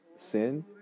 Sin